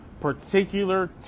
particular